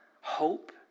hope